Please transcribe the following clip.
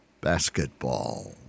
basketball